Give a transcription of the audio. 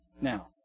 Now